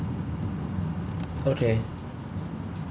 okay